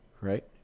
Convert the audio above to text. right